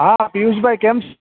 હા પિયુષભાઈ કેમ